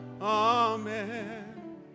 amen